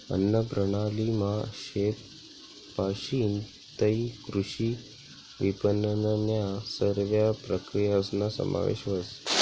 अन्नप्रणालीमा शेतपाशीन तै कृषी विपनननन्या सरव्या प्रक्रियासना समावेश व्हस